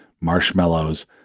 marshmallows